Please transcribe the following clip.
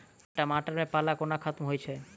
टमाटर मे पाला कोना खत्म होइ छै?